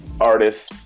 artists